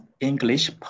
English